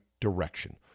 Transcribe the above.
direction